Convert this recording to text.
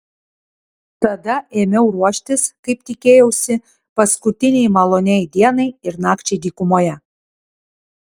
tada ėmiau ruoštis kaip tikėjausi paskutinei maloniai dienai ir nakčiai dykumoje